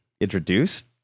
introduce